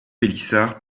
pélissard